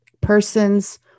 persons